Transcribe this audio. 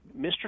Mr